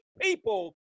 people